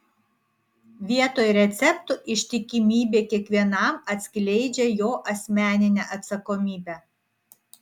vietoj receptų ištikimybė kiekvienam atskleidžia jo asmeninę atsakomybę